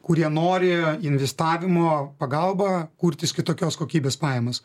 kurie nori investavimo pagalba kurtis kitokios kokybės pajamas